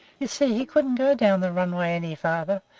you see, he couldn't go down the runway any farther,